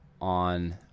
on